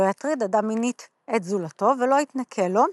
יטריד אדם מינית את זולתו ולא יתנכל לו",